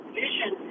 vision